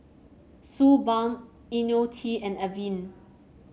Suu Balm IoniL T and Avene